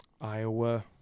Iowa